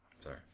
sorry